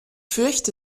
fürchte